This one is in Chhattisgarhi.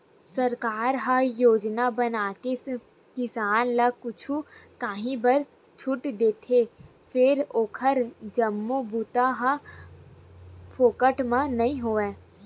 सरकार ह योजना बनाके किसान ल कुछु काही बर छूट देथे फेर ओखर जम्मो बूता ह फोकट म नइ होवय